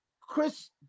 chris